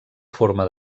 forma